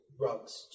rugs